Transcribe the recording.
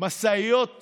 משאיות כן?